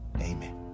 amen